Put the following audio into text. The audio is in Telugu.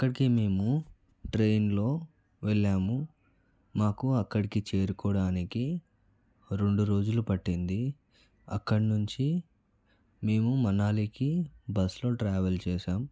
అక్కడికి మేము ట్రైన్లో వెళ్ళాము మాకు అక్కడికి చేరుకోవడానికి రెండు రోజులు పట్టింది అక్కడి నుంచి మేము మనాలికి బస్సులో ట్రావెల్ చేశాం